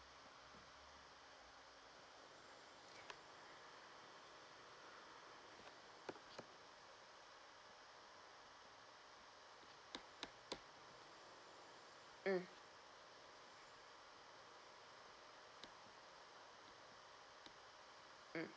mm mm